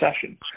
session